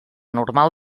normal